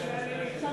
תעשה